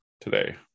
today